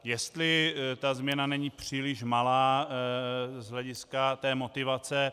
Jestli ta změna není příliš malá z hlediska motivace.